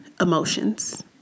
Emotions